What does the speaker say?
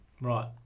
Right